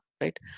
Right